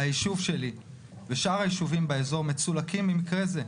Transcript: היישוב שלי ושאר היישובים באזור מצולקים ממקרה זה.